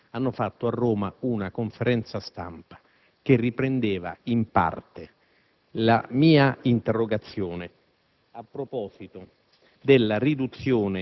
i sindacati di categoria della Polizia di Stato hanno tenuto a Roma una conferenza stampa che riprendeva in parte la mia interrogazione